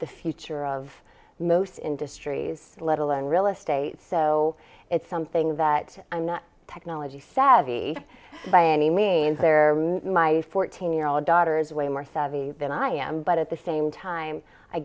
the future of most industries let alone real estate so it's something that i'm not technology savvy by any means there my fourteen year old daughter is way more savvy than i am but at the same time i